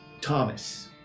Thomas